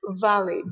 valid